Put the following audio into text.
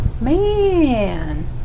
Man